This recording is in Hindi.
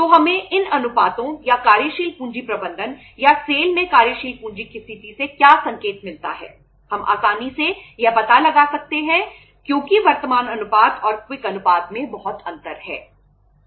तो यह सेल अनुपात में बहुत अंतर है